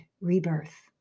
rebirth